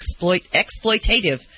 exploitative